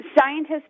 Scientists